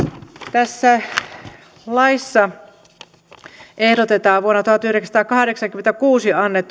tässä laissa ehdotetaan vuonna tuhatyhdeksänsataakahdeksankymmentäkuusi annetun lain ja